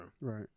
Right